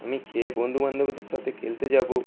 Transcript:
আমি খেয়ে বন্ধু বান্ধবীদের সাথে খেলতে যাব